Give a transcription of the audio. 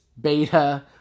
Beta